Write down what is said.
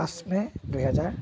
পাঁচ মে' দুহেজাৰ